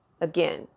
again